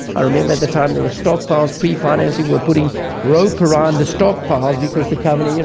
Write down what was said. i remember at the time there were stockpiles, pre-financing were putting rope around the stockpiles because the company, you